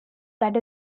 that